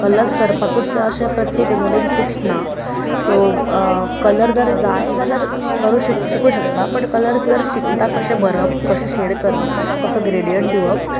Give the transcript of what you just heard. colours करपाकूच जाय अशें प्रत्येक गजालींत फिक्स्ड ना सो कलर जर जाय जाल्यार करूंक शकता बट कलर्स जर शिकता कशे भरप कशे शेड करप कसो ग्रेडियंट दिवप